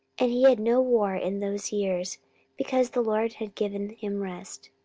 and he had no war in those years because the lord had given him rest.